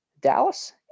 Dallas